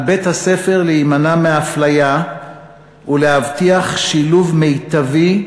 על בית-הספר להימנע מאפליה ולהבטיח שילוב מיטבי,